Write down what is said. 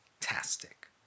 fantastic